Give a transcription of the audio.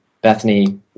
Bethany